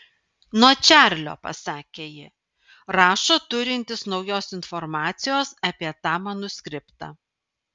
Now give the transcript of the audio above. nuo čarlio pasakė ji rašo turintis naujos informacijos apie tą manuskriptą